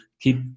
keep